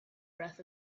breath